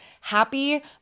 happy